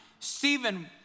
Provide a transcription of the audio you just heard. Stephen